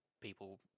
people